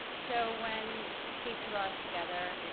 so when casey brought us together,